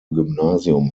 gymnasium